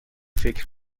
فکر